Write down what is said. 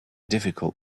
difficult